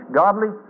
godly